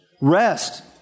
Rest